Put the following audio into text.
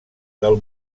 del